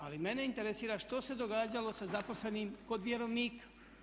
Ali mene interesira što se događalo sa zaposlenim kod vjerovnika?